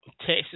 Texas